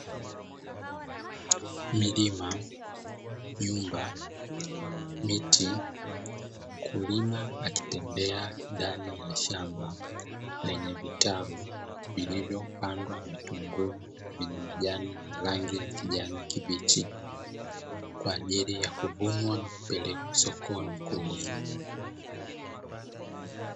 Milima, nyumba, miti, mkulima akitembea ndani ya shamba, lenye vitalu vilivyopandwa vitunguu vyenye majani ya rangi ya kijani kibichi kwa ajili ya kuvunwa na kupelekwa sokoni kuuzwa.